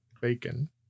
bacon